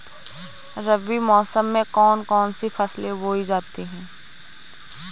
रबी मौसम में कौन कौन सी फसलें बोई जाती हैं?